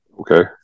Okay